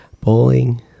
bowling